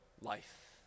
life